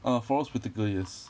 uh forest whitaker yes